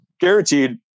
guaranteed